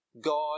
God